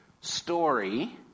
story